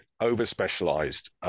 over-specialized